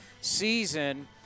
season